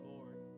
Lord